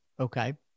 Okay